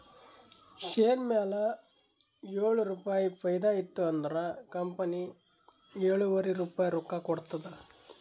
share ಮ್ಯಾಲ ಏಳು ರುಪಾಯಿ ಫೈದಾ ಇತ್ತು ಅಂದುರ್ ಕಂಪನಿ ಎಳುವರಿ ರುಪಾಯಿ ರೊಕ್ಕಾ ಕೊಡ್ತುದ್